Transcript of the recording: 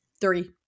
Three